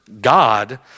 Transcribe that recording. God